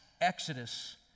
exodus